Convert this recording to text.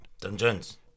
Dungeons